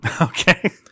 Okay